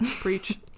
Preach